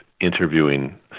interviewing